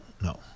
no